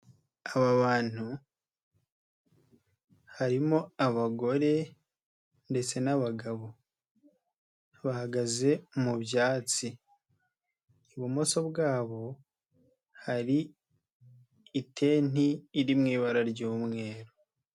Aba bantu harimo abagore ndetse n'abagabo, bahagaze mu byatsi, ibumoso bwabo hari itenti iri mu ibara ry'umweru.